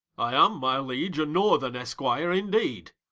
i am, my liege, a northern esquire indeed,